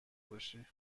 باشی